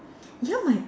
ya my